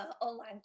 online